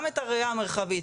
גם את הראייה המרחבית.